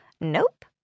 Nope